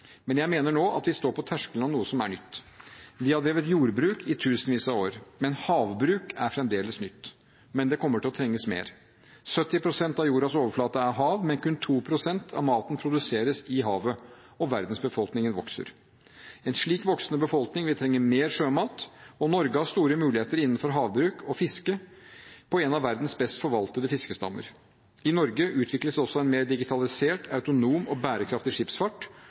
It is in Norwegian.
Men jeg mener nå at vi står på terskelen til noe som er nytt. Vi har drevet jordbruk i tusenvis av år, men havbruk er fremdeles nytt. Det kommer til å trengs mer. 70 pst. av jordas overflate er hav, men kun 2 pst. av maten produseres i havet, og verdens befolkning vokser. En slik voksende befolkning vil trenge mer sjømat, og Norge har store muligheter innenfor havbruk og fiske på en av verdens best forvaltede fiskestammer. I Norge utvikles også en mer digitalisert, autonom og bærekraftig skipsfart,